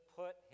put